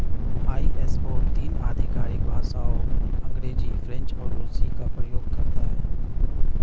ISO तीन आधिकारिक भाषाओं अंग्रेजी, फ्रेंच और रूसी का प्रयोग करता है